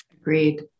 Agreed